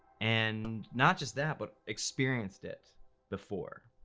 and not just that, but experienced it before.